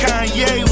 Kanye